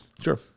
sure